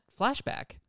flashback